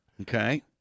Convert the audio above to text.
Okay